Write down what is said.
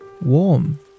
warm